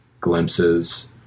glimpses